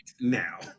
now